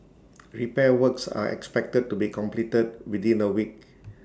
repair works are expected to be completed within A week